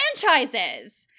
franchises